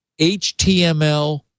HTML